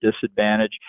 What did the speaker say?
disadvantage